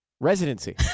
residency